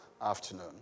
afternoon